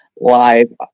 live